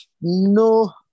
No